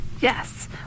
yes